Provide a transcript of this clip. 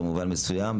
במובן מסוים,